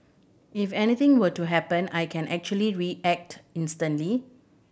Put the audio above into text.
if anything were to happen I can actually react instantly